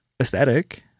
Aesthetic